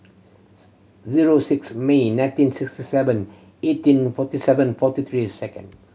zero six May nineteen sixty seven eighteen forty seven forty three seconds